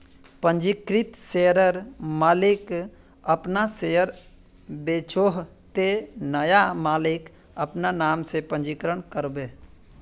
पंजीकृत शेयरर मालिक अपना शेयर बेचोह ते नया मालिक अपना नाम से पंजीकरण करबे